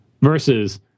versus